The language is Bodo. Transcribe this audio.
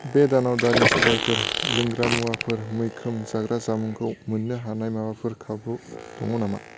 बे दानाव दालि सबायफोर लोंग्रा मुवाफोर मैखोम जाग्रा जामुंखौ मोन्नो हानाय माबाफोर खाबु दङ नामा